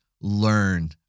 learn